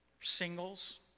singles